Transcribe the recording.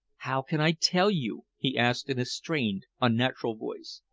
how can i tell you? he asked in a strained, unnatural voice.